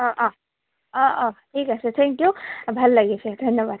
অঁ অঁ অঁ অঁ ঠিক আছে থেংক ইউ ভাল লাগিছে ধন্যবাদ